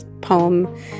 poem